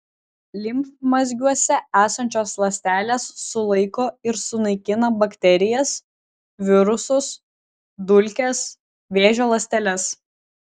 limfmazgiuose esančios ląstelės sulaiko ir sunaikina bakterijas virusus dulkes vėžio ląsteles